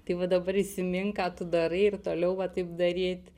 tai va dabar įsimink ką tu darai ir toliau va taip daryt